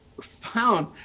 found